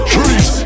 Trees